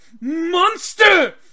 monster